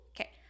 Okay